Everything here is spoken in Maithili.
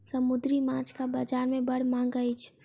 समुद्री माँछक बजार में बड़ मांग अछि